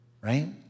right